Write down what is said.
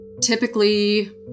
typically